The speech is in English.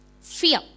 fear